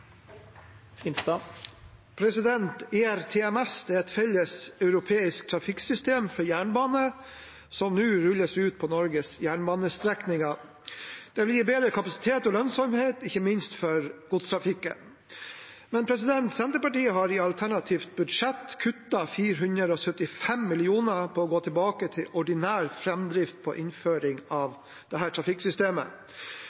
blir replikkordskifte. ERTMS er et felles europeisk trafikksystem for jernbane, som nå rulles ut på Norges jernbanestrekninger. Det vil gi bedre kapasitet og lønnsomhet, ikke minst for godstrafikken. Men Senterpartiet har i alternativt budsjett kuttet 475 mill. kr ved å gå tilbake til ordinær framdrift på innføringen av